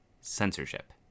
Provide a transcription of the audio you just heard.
censorship